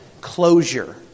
closure